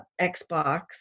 Xbox